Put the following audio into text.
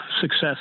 success